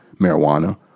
marijuana